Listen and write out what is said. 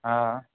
हँ